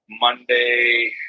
monday